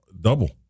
double